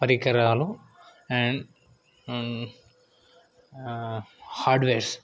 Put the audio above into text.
పరికరాలు and hardwares